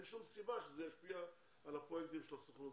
שום סיבה שזה ישפיע על הפרויקטים של הסוכנות.